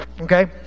okay